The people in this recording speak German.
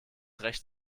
recht